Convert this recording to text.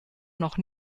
noch